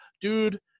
Dude